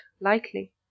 lightly